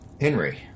Henry